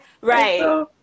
Right